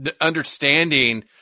understanding –